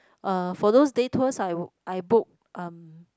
uh for those day tours I would I book um